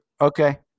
Okay